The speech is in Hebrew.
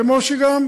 כמו שגם,